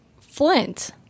Flint